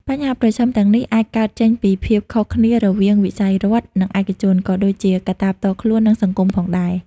បញ្ហាប្រឈមទាំងនេះអាចកើតចេញពីភាពខុសគ្នារវាងវិស័យរដ្ឋ និងឯកជន ក៏ដូចជាកត្តាផ្ទាល់ខ្លួន និងសង្គមផងដែរ។